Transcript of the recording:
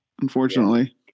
unfortunately